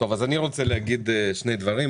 אז אני רוצה להגיד שני דברים.